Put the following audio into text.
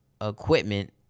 equipment